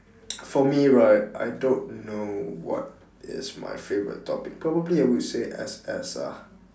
for me right I don't know what is my favorite topic probably I would say S_S ah